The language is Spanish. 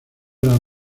las